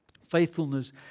faithfulness